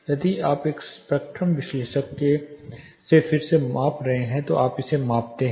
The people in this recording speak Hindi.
यदि आप एक स्पेक्ट्रम विश्लेषक से फिर से माप रहे हैं तो आप इसे मापते हैं